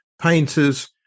painters